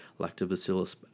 Lactobacillus